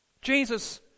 Jesus